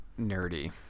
nerdy